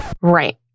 right